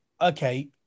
Okay